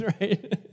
right